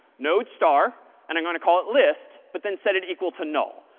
node star, and i'm going to call it list, but then set it equal to null.